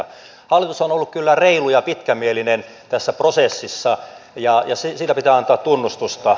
hallitus on ollut kyllä reilu ja pitkämielinen tässä prosessissa ja siitä pitää antaa tunnustusta